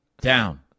down